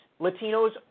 Latinos